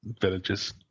villages